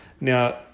Now